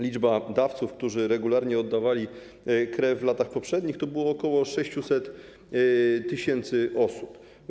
Liczba dawców, którzy regularnie oddawali krew w latach poprzednich, to było ok. 600 tys. osób.